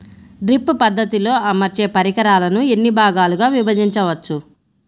Drip పద్ధతిలో అమర్చే పరికరాలను ఎన్ని భాగాలుగా విభజించవచ్చు?